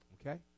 Okay